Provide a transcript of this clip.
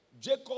Jacob